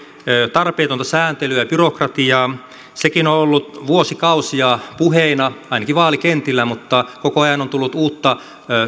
tarpeetonta sääntelyä ja byrokratiaa sekin on ollut vuosikausia puheina ainakin vaalikentillä mutta koko ajan on tullut uutta